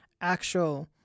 actual